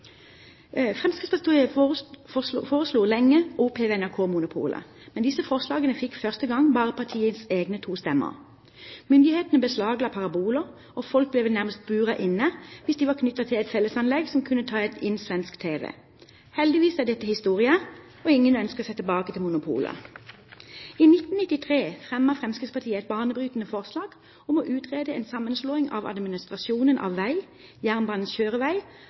Fremskrittspartiet foreslo lenge å oppheve NRK-monopolet, men disse forslagene fikk første gang bare partiets egne to stemmer. Myndighetene beslagla paraboler, og folk ble vel nærmest buret inne hvis de var knyttet til et fellesanlegg som kunne ta inn svensk tv. Heldigvis er dette historie, og ingen ønsker seg tilbake til monopolet. I 1993 fremmet Fremskrittspartiet et banebrytende forslag om å utrede en sammenslåing av administrasjonen av veg, jernbanens